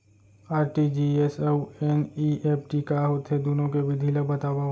RTGS अऊ NEFT का होथे, दुनो के विधि ला बतावव